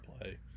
play